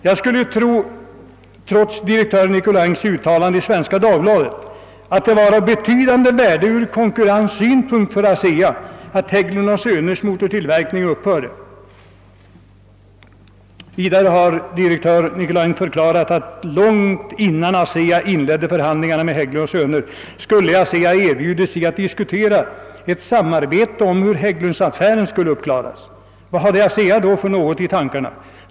Jag skulle tro — trots direktör Nicolins uttalande i Svenska Dagbladet — att det för ASEA hade betydande värde ur konkurrenssynpunkt att Hägglund & Söners motortillverkning upphörde. Vidare har direktör Nicolin förklarat, att långt innan ASEA inledde förhandlingarna med Hägglund & Söner skulle ASEA ha erbjudit sig att diskutera ett samarbete om hur Hägglundsaffären skulle klaras upp. Vad hade ASEA då i tankarna?